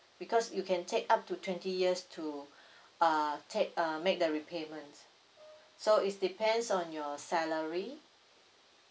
because you can take up to twenty years to uh take uh make the repayment so is depends on your salary